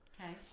Okay